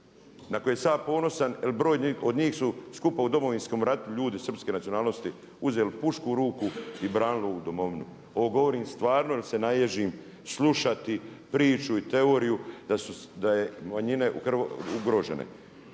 na koje sam ja ponosan jer brojni od njih su skupa u Domovinskom ratu ljudi srpske nacionalnosti uzeli pušku u ruku i branili ovu domovinu. Ovo govorim stvarno jer se naježim slušati priču i teoriju da su manjine u